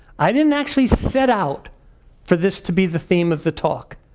i didn't actually set out for this to be the theme of the talk.